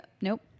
Nope